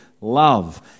love